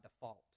default